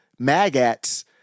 MAGATs